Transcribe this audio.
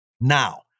now